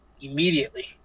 Immediately